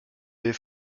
des